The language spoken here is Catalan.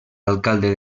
alcalde